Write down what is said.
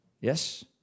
Yes